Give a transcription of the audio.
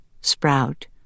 Sprout